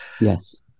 yes